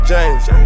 James